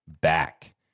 back